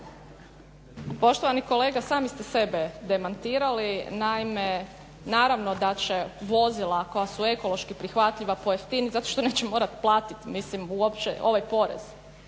Poštovani kolega sami ste sebe demantirali. Naime, naravno da će vozila koja su ekološki prihvatljiva pojeftiniti zato neće morat platiti ovaj porez.